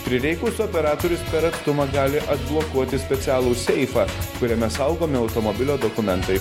prireikus operatorius per atstumą gali atblokuoti specialų seifą kuriame saugomi automobilio dokumentai